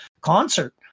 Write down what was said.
concert